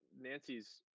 Nancy's